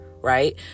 Right